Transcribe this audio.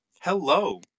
Hello